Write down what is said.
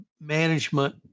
management